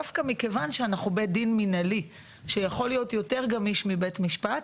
דווקא מכיוון שאנחנו בית דין מינהלי שיכול להיות יותר גמיש מבית משפט,